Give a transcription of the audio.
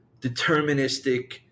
deterministic